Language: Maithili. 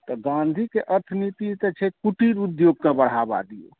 तऽ गांँधीके अर्थनीति तऽ छै कुटीर उद्योगके बढ़ावा दियौ